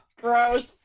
Gross